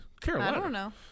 Carolina